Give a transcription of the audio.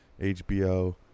HBO